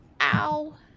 ow